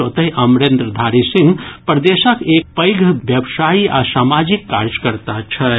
ओतहि अमरेन्द्रधारी सिंह प्रदेशक एक पैघ व्यवसायी आ सामाजिक कार्यकर्ता छथि